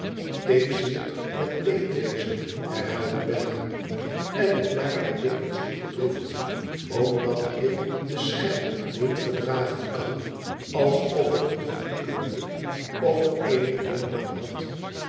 ik zie het met leedwezen herhaalde bella len het maakt mij dikwijls diep bedroefd omdat ik den schijn niet verdragen kan alsof ik het goedkeurde of er eenig deel aan had